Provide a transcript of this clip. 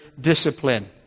discipline